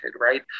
right